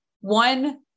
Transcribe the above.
one